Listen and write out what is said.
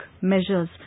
measures